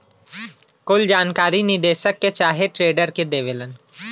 कुल जानकारी निदेशक के चाहे ट्रेडर के देवलन